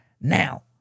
now